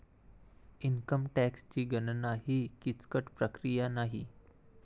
income टॅक्सची गणना ही किचकट प्रक्रिया नाही